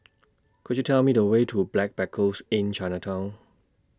Could YOU Tell Me The Way to Backpackers Inn Chinatown